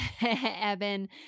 Evan